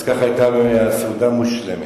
אז ככה הסעודה היתה מושלמת.